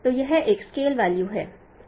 तो यह एक स्केल वैल्यू है